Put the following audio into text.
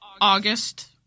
August